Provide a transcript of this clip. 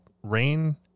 rain